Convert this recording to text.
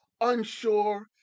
unsure